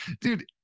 dude